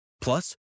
Plus